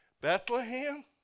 Bethlehem